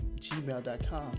gmail.com